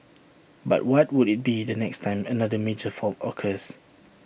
but what would IT be the next time another major fault occurs